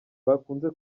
bakunze